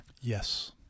Yes